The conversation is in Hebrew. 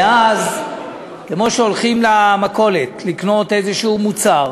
ואז, כמו שהולכים למכולת לקנות איזה מוצר,